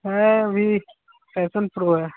है अभी passion pro है